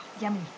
yummy